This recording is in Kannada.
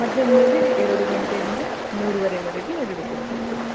ಮಧ್ಯಾಹ್ನ ಮೇಲೆ ಎರಡು ಗಂಟೆಯಿಂದ ಮೂರುವರೆವರೆಗೆ ಎರಡು ಕ್ಲಾಸ್ ಇರ್ತದೆ